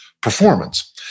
performance